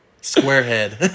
Squarehead